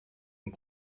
und